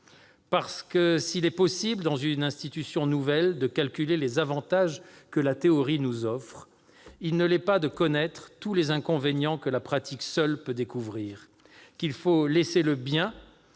parce que s'il est possible, dans une institution nouvelle, de calculer les avantages que la théorie nous offre, il ne l'est pas de connaître tous les inconvénients que la pratique seule peut découvrir ; qu'il faut laisser le bien,